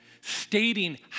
stating